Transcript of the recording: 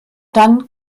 dann